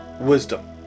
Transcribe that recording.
wisdom